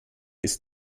ist